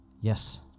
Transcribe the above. Yes